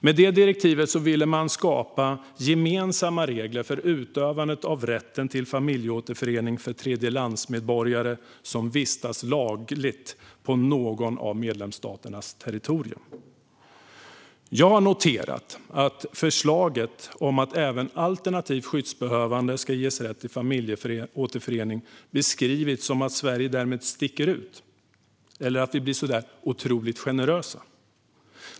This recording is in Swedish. Med direktivet ville man skapa gemensamma regler för utövandet av rätten till familjeåterförening för tredjelandsmedborgare som vistas lagligt på någon av medlemsstaternas territorium. Jag har noterat att förslaget om att även alternativt skyddsbehövande ska ges rätt till familjeåterförening har beskrivits som att Sverige därmed "sticker ut" eller att vi blir så otroligt generösa.